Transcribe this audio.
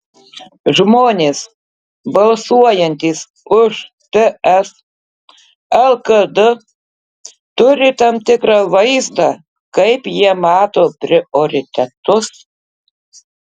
žmonės balsuojantys už ts lkd turi tam tikrą vaizdą kaip jie mato prioritetus